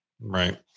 Right